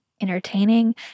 entertaining